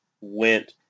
went